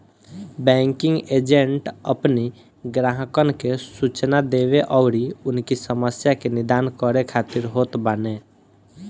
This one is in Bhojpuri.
बैंकिंग एजेंट अपनी ग्राहकन के सूचना देवे अउरी उनकी समस्या के निदान करे खातिर होत बाने